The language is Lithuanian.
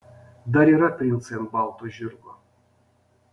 dar yra princai ant balto žirgo